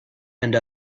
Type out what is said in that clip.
end